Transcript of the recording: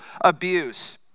abuse